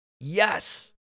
Yes